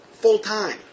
full-time